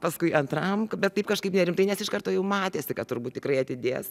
paskui antram bet taip kažkaip nerimtai nes iš karto jau matėsi kad turbūt tikrai atidės